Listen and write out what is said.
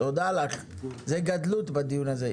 תודה לך, זו גדלות בדיון הזה.